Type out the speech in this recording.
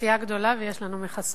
סיעה גדולה ויש לנו מכסות,